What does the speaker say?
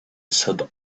said